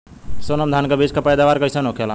सोनम धान के बिज के पैदावार कइसन होखेला?